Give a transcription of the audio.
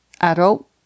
adult